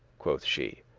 quoth she,